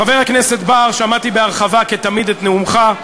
חבר הכנסת בר, שמעתי בהרחבה, כתמיד, את נאומך.